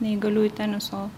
neįgaliųjų teniso